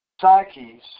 psyches